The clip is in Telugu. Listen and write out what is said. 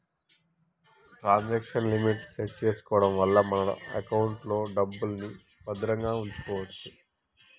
ట్రాన్సాక్షన్ లిమిట్ సెట్ చేసుకోడం వల్ల మన ఎకౌంట్లో డబ్బుల్ని భద్రంగా వుంచుకోచ్చు